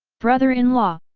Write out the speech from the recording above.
brother-in-law,